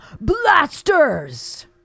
blasters